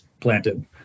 planted